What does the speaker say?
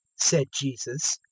said jesus,